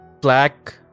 black